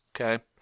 Okay